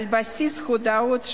על בסיס הודאות שווא,